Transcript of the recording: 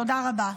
תודה רבה.